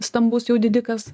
stambus jau didikas